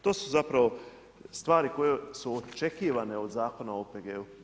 To su zapravo stvari koje su očekivane od Zakona o OPG-u.